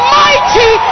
mighty